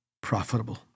profitable